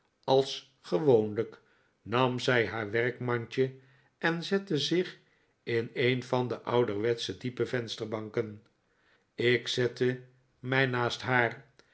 als gewoonlijk nam zij haar werkmandje en zette zich in een van de ouderwetsche diepe vensterbanken ik zette mij naast haar